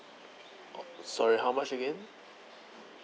sorry how much again